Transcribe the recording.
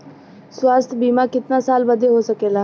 स्वास्थ्य बीमा कितना साल बदे हो सकेला?